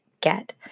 get